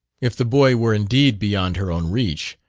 if the boy were indeed beyond her own reach,